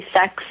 sex